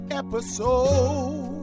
episode